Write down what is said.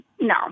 no